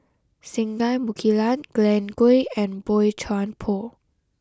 Singai Mukilan Glen Goei and Boey Chuan Poh